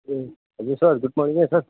ए हजुर sir good morning है sir